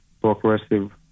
progressive